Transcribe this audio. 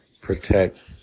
protect